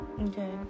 Okay